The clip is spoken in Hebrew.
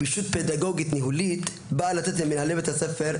גמישות פדגוגית ניהולית באה לתת למנהלי בתי הספר,